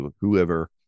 whoever